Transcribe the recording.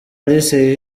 alice